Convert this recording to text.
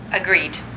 Agreed